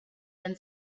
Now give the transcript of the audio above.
then